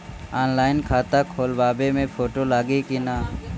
Online खाता खोलबाबे मे फोटो लागि कि ना?